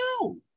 no